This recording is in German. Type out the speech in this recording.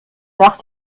nach